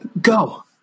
Go